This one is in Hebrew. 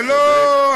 זה לא הגון,